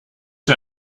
der